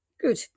Good